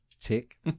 tick